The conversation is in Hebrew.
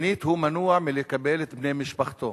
שנית, הוא מנוע מלקבל את בני משפחתו,